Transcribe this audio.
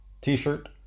t-shirt